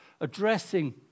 addressing